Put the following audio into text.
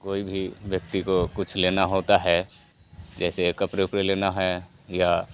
कोई भी व्यक्ति को कुछ लेना होता है जैसे कपड़े उपड़े लेना है या